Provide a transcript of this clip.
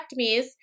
mastectomies